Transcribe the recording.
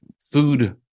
food